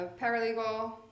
paralegal